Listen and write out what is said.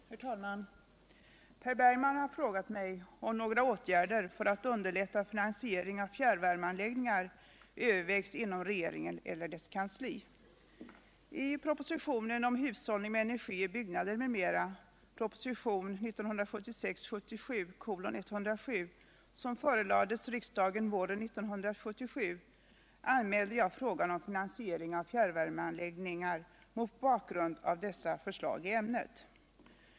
Herr talman! Per Bergman har frågat mig om några åtgärder för att underlätta finansiering av fjärrvärmeanläggningar övervägs inom regeringen eller dess kansli. I propositionen om hushållning med energi i byggnader m.m. som förelades riksdagen våren 1977 anmälde jag frågan om finansiering av fjärrvärmeanläggningar mot bakgrund av vissa förslag i ämnet.